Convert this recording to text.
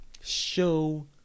Show